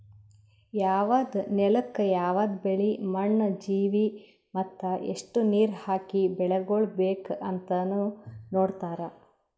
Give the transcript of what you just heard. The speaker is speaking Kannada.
ಯವದ್ ನೆಲುಕ್ ಯವದ್ ಬೆಳಿ, ಮಣ್ಣ, ಜೀವಿ ಮತ್ತ ಎಸ್ಟು ನೀರ ಹಾಕಿ ಬೆಳಿಗೊಳ್ ಬೇಕ್ ಅಂದನು ನೋಡತಾರ್